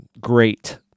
great